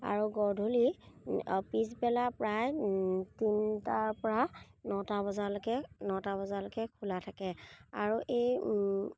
আৰু গধূলি পিছবেলা প্ৰায় তিনটাৰ পৰা নটা বজালৈকে নটা বজালৈকে খোলা থাকে আৰু এই